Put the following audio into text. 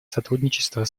сотрудничество